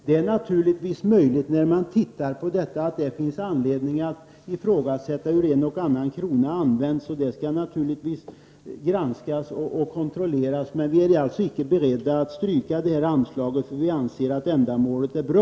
Det är naturligtvis möjligt att det vid en närmare granskning visar sig att det finns anledning att ifrågasätta hur en och annan krona används, och det skall naturligtvis granskas och kontrolleras, men vi är inte beredda att stryka anslaget — vi anser att ändamålet är bra.